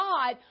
God